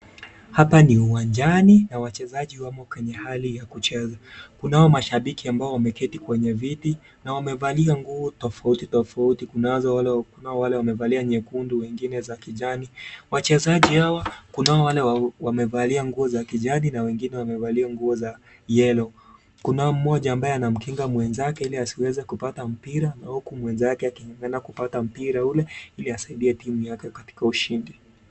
Hapa ni uwanjani, na wachezaji wamo kwenye hali ya kucheza, kunao mashabiki ambao wameketi kwenye viti, na wamevalia nguo tofauti tofauti kunazo wale, kunao wale wamevalia nyekundu wengine za kijani. Wachezaji hawa kunao wale wamevalia nguo za kijani na wengine wamevalia nguo za yellow , kuna mmoja ambaye anamkinga mwenzake ili asiweze kupata mpira na huku mwenzake akingangana kupata mpira ule, ili asaidie team yake katika ushindi.